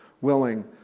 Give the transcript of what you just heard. willing